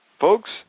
Folks